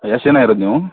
ಎಷ್ಟು ಜನ ಇರೋದು ನೀವು